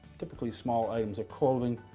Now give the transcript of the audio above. typically small items of clothing,